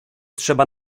trzeba